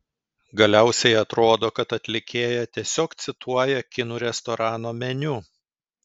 galiausiai atrodo kad atlikėja tiesiog cituoja kinų restorano meniu